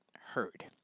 heard